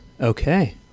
Okay